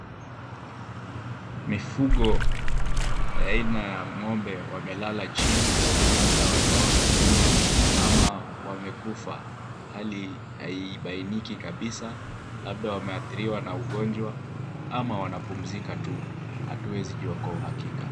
Mifugo aina ya ngombe wamelala chini labda wanaota jua, ama wamekufa, hali haibainiki kabisa, labda wameathiriwa na ugonjwa ama wanapumzika tu, hatuwezijua kwa uhakika